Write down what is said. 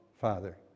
Father